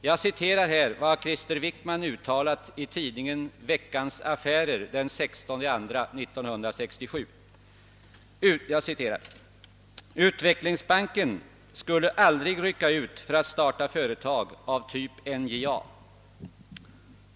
Jag citerar här vad Krister Wickman uttalat i tidningen Veckans Affärer den 16 februari 1967: »Utvecklingsbanken skulle aldrig rycka ut för att starta företag av typ NJA.